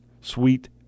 sweet